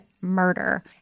murder